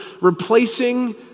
replacing